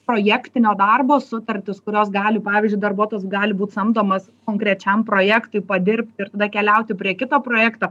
projektinio darbo sutartis kurios gali pavyzdžiui darbuotojas gali būt samdomas konkrečiam projektui padirbti ir tada keliauti prie kito projekto